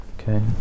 Okay